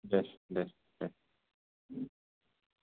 दे दे दे